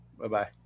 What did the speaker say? Bye-bye